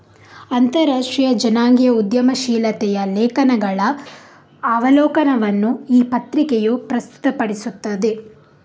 ಅಂತರರಾಷ್ಟ್ರೀಯ ಜನಾಂಗೀಯ ಉದ್ಯಮಶೀಲತೆಯ ಲೇಖನಗಳ ಅವಲೋಕನವನ್ನು ಈ ಪತ್ರಿಕೆಯು ಪ್ರಸ್ತುತಪಡಿಸುತ್ತದೆ